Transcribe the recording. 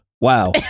Wow